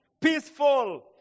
peaceful